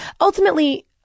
ultimately